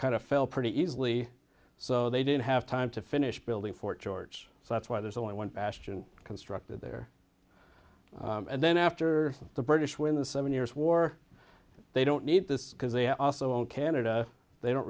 kind of fell pretty easily so they didn't have time to finish building fort george so that's why there's only one bastion constructed there and then after the british when the seven years war they don't need this because they also own canada they don't